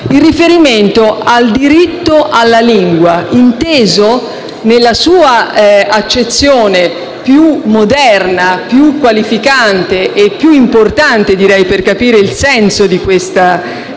il riferimento al diritto alla lingua, inteso nella sua accezione più moderna, più qualificante e più importante per capire il senso di questa